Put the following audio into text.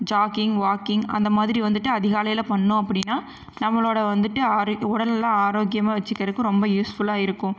jogging walking அந்த மாதிரி வந்துட்டு அதிகாலையில் பண்ணிணோம் அப்படின்னா நம்மளோட வந்துட்டு ஆரோக் உடலை ஆரோக்கியமாக வச்சுக்கிறக்கு ரொம்ப யூஸ்ஃபுல்லாக இருக்கும்